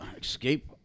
Escape